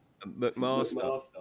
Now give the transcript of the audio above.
McMaster